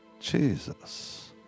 Jesus